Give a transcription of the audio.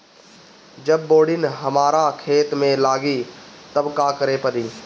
जब बोडिन हमारा खेत मे लागी तब का करे परी?